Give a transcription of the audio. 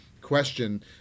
question